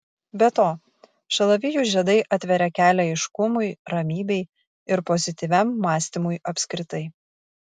be to šalavijų žiedai atveria kelią aiškumui ramybei ir pozityviam mąstymui apskritai